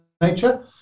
nature